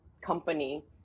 company